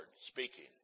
speaking